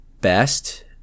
best